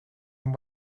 and